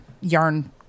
yarn